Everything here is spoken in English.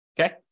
Okay